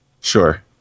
Sure